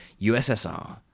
USSR